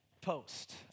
post